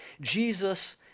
Jesus